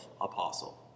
apostle